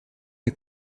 est